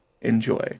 enjoy